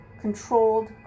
controlled